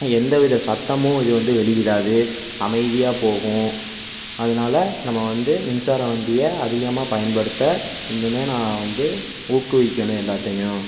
எந்தவித சத்தமும் இது வந்து வெளியிடாது அமைதியாக போகும் அதனால நம்ம வந்து மின்சார வண்டியை அதிகமாக பயன்படுத்த இனிமேல் நாம் வந்து ஊக்குவிக்கணும் எல்லாத்தையும்